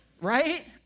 right